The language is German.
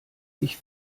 ich